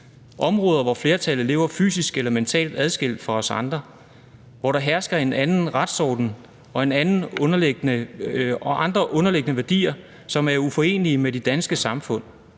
Områder, hvor flertallet lever fysisk eller mentalt adskilt fra os andre. Hvor der hersker en anden retsorden og andre grundlæggende værdier, som er uforenelige med det danske samfund.